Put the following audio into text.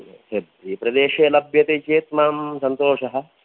हेब्रि प्रदेशे लभ्यते चेत् मां सन्तोषः